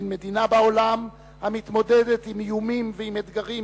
אין מדינה בעולם המתמודדת עם איומים ועם אתגרים